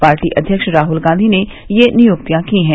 party अध्यक्ष राहुल गांधी ने र्ये नियुक्तियां की हैं